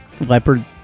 leopard